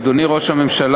אדוני ראש הממשלה,